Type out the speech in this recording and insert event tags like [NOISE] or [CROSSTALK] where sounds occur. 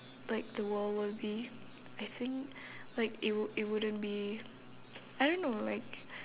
like the world will be I think like it wou~ it wouldn't be [NOISE] I don't know like